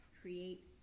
create